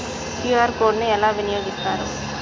QR code ని ఎలా వినియోగిస్తారు?